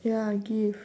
ya a gift